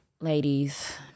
ladies